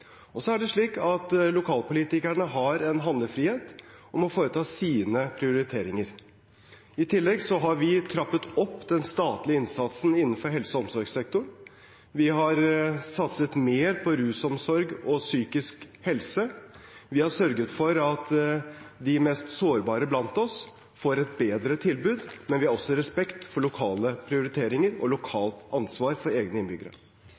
Så er det slik at lokalpolitikerne har en handlefrihet og må foreta sine prioriteringer. I tillegg har vi trappet opp den statlige innsatsen innenfor helse- og omsorgssektoren. Vi har satset mer på rusomsorg og psykisk helse. Vi har sørget for at de mest sårbare blant oss får et bedre tilbud. Men vi har også respekt for lokale prioriteringer og lokalt ansvar for egne innbyggere.